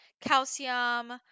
calcium